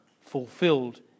fulfilled